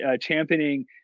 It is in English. championing